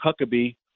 Huckabee